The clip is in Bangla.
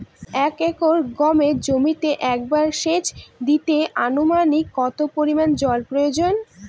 এক একর গমের জমিতে একবার শেচ দিতে অনুমানিক কত পরিমান জল প্রয়োজন?